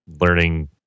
learning